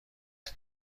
است